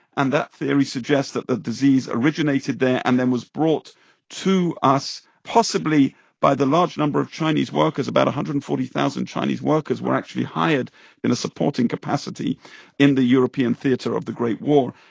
and that theory suggests that the disease originated there and then was brought to us possibly by the large number of chinese workers. about one hundred and forty thousand chinese workers were actually hired in a supporting capacity in the european theater of the great war,